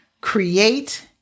create